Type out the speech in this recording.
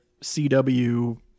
CW